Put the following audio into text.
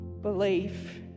belief